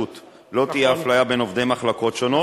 לא תהיה אפליה בין עובדי מחלקות שונות,